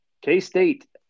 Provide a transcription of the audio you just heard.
k-state